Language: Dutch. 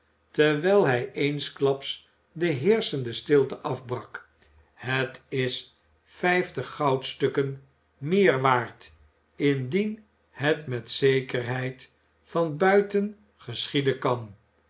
terwijl hij eensklaps de heerschende stilte afbrak het is vijftig goudstukken meer waard indien het met zekerheid van buiten geschieden kan